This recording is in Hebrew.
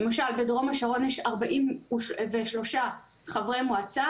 למשל, בדרום השרון יש 43 חברי מועצה.